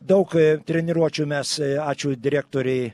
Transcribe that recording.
daug treniruočių mes ačiū direktorei